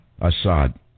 Assad